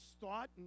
thought